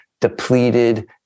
depleted